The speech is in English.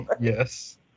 Yes